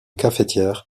cafetière